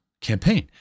campaign